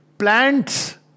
Plants